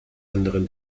anderen